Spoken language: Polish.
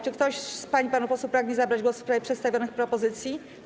Czy ktoś z pań i panów posłów pragnie zabrać głos w sprawie przedstawionych propozycji?